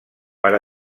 per